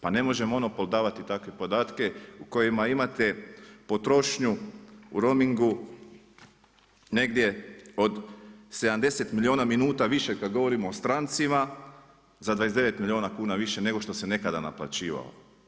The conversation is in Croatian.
Pa ne može monopol davati takve podatke, u kojima imate potrošnju u romingu negdje od 70 milijuna minuta više kad govorimo o stranicama, za 29 milijuna kuna više nego što se nekada naplaćivao.